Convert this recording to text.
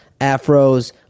afros